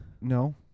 No